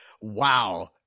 wow